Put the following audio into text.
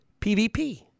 PVP